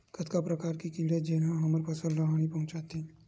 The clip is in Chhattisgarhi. कतका प्रकार के कीड़ा जेन ह हमर फसल ल हानि पहुंचाथे?